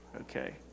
Okay